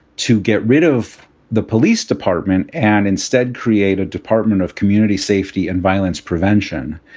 to get rid of the police department and instead create a department of community safety and violence prevention.